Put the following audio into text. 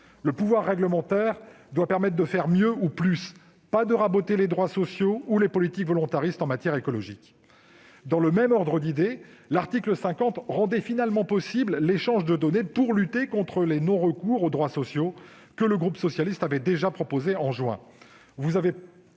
Le pouvoir réglementaire doit permettre de faire mieux ou plus, pas de raboter des droits sociaux ou les politiques volontaristes en matière écologique. Dans le même ordre d'idée, l'article 50 rendait finalement possible l'échange de données pour lutter contre le non-recours aux droits sociaux, mesure que le groupe socialiste avait déjà proposée en juin